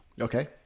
Okay